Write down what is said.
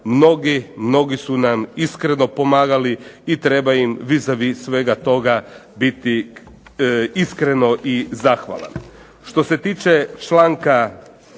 mnogi su nam iskreno pomagali i treba im vis a vis svega toga biti iskreno i zahvalan. Što se tiče članka